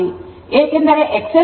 ಏಕೆಂದರೆ XL XC ಆದಾಗ ωω0 ಆಗುತ್ತದೆ